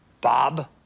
Bob